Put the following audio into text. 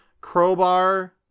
Crowbar